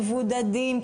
מבודדים,